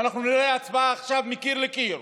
ואנחנו נראה עכשיו הצבעה מקיר לקיר,